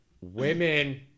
women